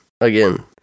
again